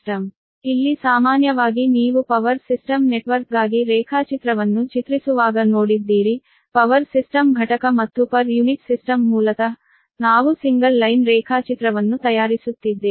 ಆದ್ದರಿಂದ ಇಲ್ಲಿ ಸಾಮಾನ್ಯವಾಗಿ ನೀವು ಪವರ್ ಸಿಸ್ಟಮ್ ನೆಟ್ವರ್ಕ್ಗಾಗಿ ರೇಖಾಚಿತ್ರವನ್ನು ಚಿತ್ರಿಸುವಾಗ ನೋಡಿದ್ದೀರಿ ಪವರ್ ಸಿಸ್ಟಮ್ ಘಟಕ ಮತ್ತು ಪರ್ ಯುನಿಟ್ ಸಿಸ್ಟಮ್ ಮೂಲತಃ ನಾವು ಸಿಂಗಲ್ ಲೈನ್ ರೇಖಾಚಿತ್ರವನ್ನು ತಯಾರಿಸುತ್ತಿದ್ದೇವೆ